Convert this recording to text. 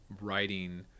writing